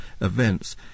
events